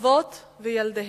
אבות וילדיהם,